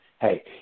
hey